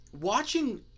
watching